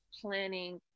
planning